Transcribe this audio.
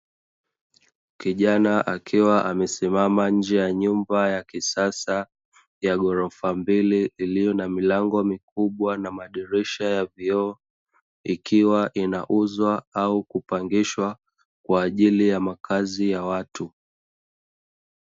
Kijana akiwa amesimama nje ya nyumba ya kisasa ya ghorofa mbili ilio na milango mikubwa na madirisha ya vioo, ikiwa inauzwa au kuoangishwa kwaajili ya makazi ya watu.